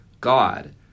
God